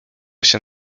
się